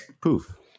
Poof